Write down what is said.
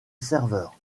serveur